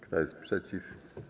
Kto jest przeciw?